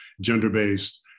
gender-based